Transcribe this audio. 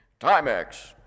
Timex